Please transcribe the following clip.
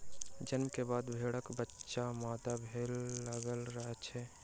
जन्म के बाद भेड़क बच्चा मादा भेड़ लग रहैत अछि